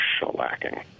shellacking